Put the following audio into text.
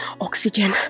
oxygen